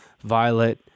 violet